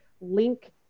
link